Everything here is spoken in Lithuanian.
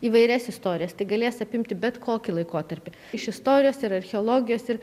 įvairias istorijas tai galės apimti bet kokį laikotarpį iš istorijos ir archeologijos ir